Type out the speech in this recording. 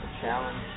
challenge